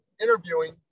interviewing